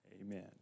Amen